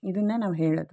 ಇದನ್ನ ನಾವು ಹೇಳೋದು